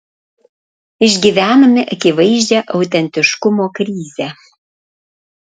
išgyvename akivaizdžią autentiškumo krizę